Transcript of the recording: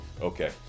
Okay